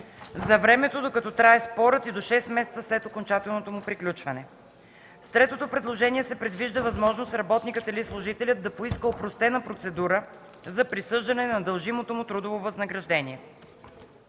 за времето, докато трае спорът и до шест месеца след окончателното му приключване. С третото предложение се предвижда възможност работникът или служителят да поиска опростена процедура за присъждане на дължимото му трудово възнаграждение.